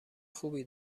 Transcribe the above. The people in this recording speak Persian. خوبی